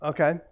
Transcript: Okay